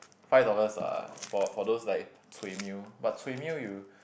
five dollars ah for for those like cui meal but cui meal you